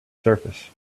surface